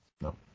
No